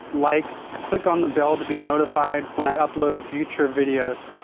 like, click on the bell to be notified when i upload future videos.